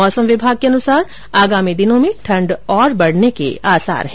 मौसम विभाग के अनुसार आगामी दिनों में ठंड और बढ़ने के आसार है